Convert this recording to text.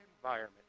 environment